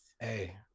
Hey